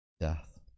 Death